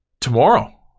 tomorrow